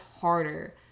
harder